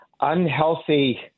unhealthy